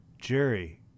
Jerry